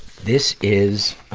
this is,